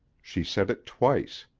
she said it twice.